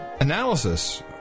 analysis